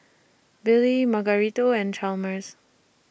Billie Margarito and Chalmers